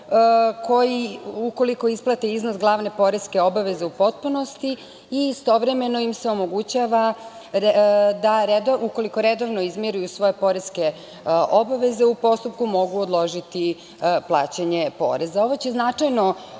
kamate ukoliko isplate iznos glavne poreske obaveze u potpunosti i istovremeno im se omogućava, ukoliko redovno izmiruju svoje poreske obaveze u postupku mogu odložiti plaćanje poreza. Ovo će značajno